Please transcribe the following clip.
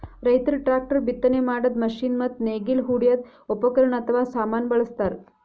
ರೈತರ್ ಟ್ರ್ಯಾಕ್ಟರ್, ಬಿತ್ತನೆ ಮಾಡದ್ದ್ ಮಷಿನ್ ಮತ್ತ್ ನೇಗಿಲ್ ಹೊಡ್ಯದ್ ಉಪಕರಣ್ ಅಥವಾ ಸಾಮಾನ್ ಬಳಸ್ತಾರ್